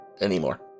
anymore